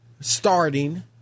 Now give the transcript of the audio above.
starting